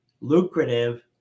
lucrative